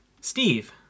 Steve